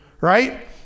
right